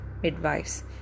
Midwives